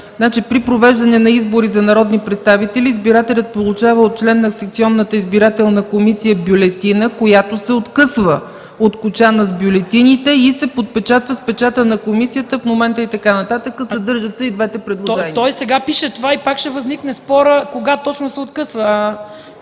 При произвеждане на избори за народни представители избирателят получава от член на секционната избирателна комисия бюлетина, която се откъсва от кочана с бюлетините и се подпечатва с печата на комисията в момента на получаването й” и така нататък – съдържат се и двете предложения. ДОКЛАДЧИК ИСКРА ФИДОСОВА: То и сега пише това и пак ще възникне спор кога точно се откъсва.